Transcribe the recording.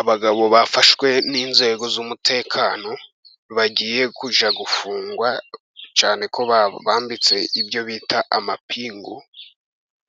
Abagabo bafashwe n'inzego z'umutekano, bagiye kujya gufungwa cyane ko bambitse ibyo bita amapingu